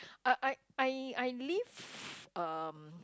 I I I I live um